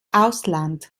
ausland